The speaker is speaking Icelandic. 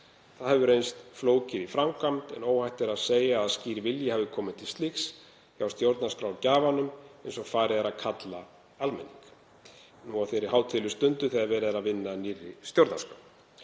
Það hefur reynst flókið í framkvæmd en óhætt er að segja að skýr vilji hafi komið til slíks hjá stjórnarskrárgjafanum, eins og farið er að kalla almenning nú á þeirri hátíðlegu stundu þegar verið er að vinna að nýrri stjórnarskrá.